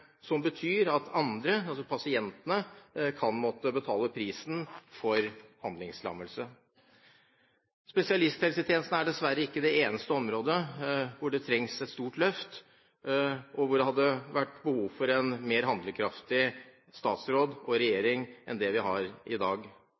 som betyr at andre, altså pasientene, kan måtte betale prisen for handlingslammelse. Spesialisthelsetjenesten er dessverre ikke det eneste området hvor det trengs et stort løft, og hvor det hadde vært behov for en mer handlekraftig statsråd og